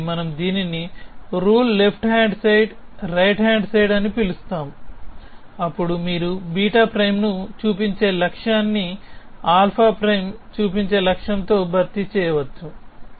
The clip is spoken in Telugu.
కాబట్టి మనము దీనిని rule left hand side right hand side అని పిలుస్తాము అప్పుడు మీరు β' చూపించే లక్ష్యాన్ని α' చూపించే లక్ష్యంతో భర్తీ చేయవచ్చు